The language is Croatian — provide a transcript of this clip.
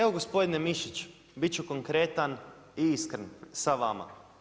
Evo gospodine Mišić, bit ću konkretan i iskren sa vama.